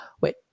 Wait